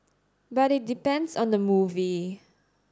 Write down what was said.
but it depends on the movie